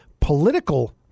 political